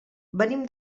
venim